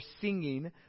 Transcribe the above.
singing